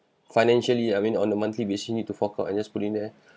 financially I mean on a monthly basis you need to fork out and just put in there